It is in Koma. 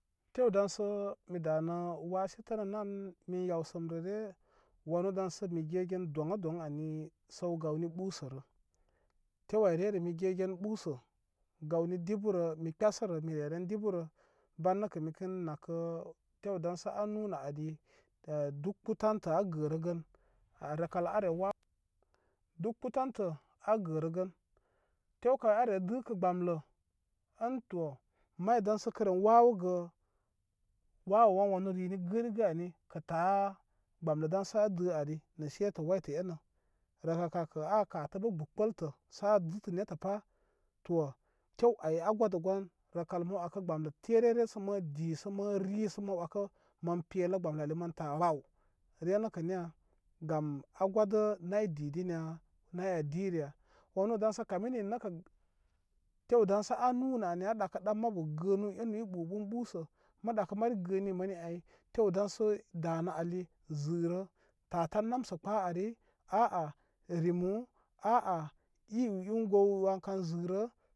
Tew daysə mi danə wáse tənənən min yawsəmrəre wanu daŋsə mi ge gen doŋ a doŋ səwgawni ɓusərə tew ayrerə mi ge gen ɓusə gawni di burə mi kpesarə mi re ren diburə ban nəkə mikən nəkə tew daŋsə a lunə ali dukpu tantə a gərə gən rəkal a re wa wə dukpu tantə a gərə gən tew kay are dəkə bəmlə an to may dansə kəre wawəgə wawəwanə rini gərigə ani kə ta bəmlə dansə a də ari nə setə waytə ena rəkal kalkə a katə bə bukbəltə sə a ditə netə sə pa to tew ay a godə gon rəkal mə wəkə gbomlə tarere sə mə di sə məri sə mə wəkə mə pelə gbomləli mən ta wa re nəkə niya gam a gwadə nay di din ya nay a dirə ya wanə dangsə kamə ninni ay nəkə tew daŋsa a nunə ani a ɗakə ɗan mabu gənu ini i ɓu ɓun ɓusə ma ɗakə mari gəni mani ay tew dansə danə ali zərə tatan namsə kpəri a a rimu a a i yiw yin gow wan kan zirə.